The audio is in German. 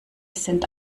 sind